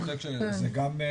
זה גם,